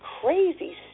crazy